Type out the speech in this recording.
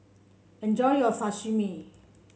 enjoy your Sashimi